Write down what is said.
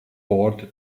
board